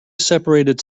separated